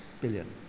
billion